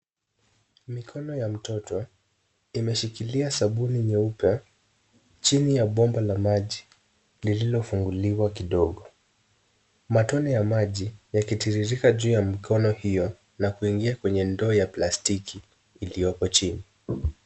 Mikoni ya mtoto imeshikilia sabuni nyeupe chini ya bomba la maji lililofunguliwa kidogo. Matone ya maji yakitiririka juu ya mikono hio na kuingia kwa ndoo ya plastiki iliyoko chini.